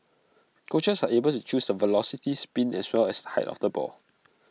coaches are able to choose the velocity spin as well as the height of the ball